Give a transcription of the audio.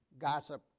Gossip